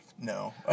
No